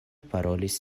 parolis